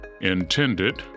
intended